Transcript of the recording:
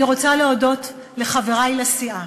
אני רוצה להודות לחברי לסיעה,